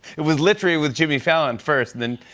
it was literally! with jimmy fallon first. then,